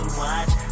watch